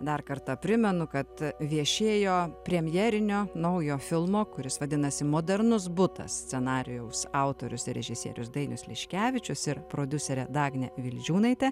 dar kartą primenu kad viešėjo premjerinio naujo filmo kuris vadinasi modernus butas scenarijaus autorius ir režisierius dainius liškevičius ir prodiuserė dagnė vildžiūnaitė